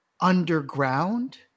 underground